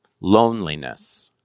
Loneliness